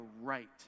right